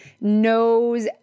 knows